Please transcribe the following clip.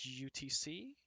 UTC